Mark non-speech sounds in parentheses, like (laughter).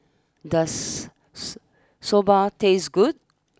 does (unintelligible) Soba taste good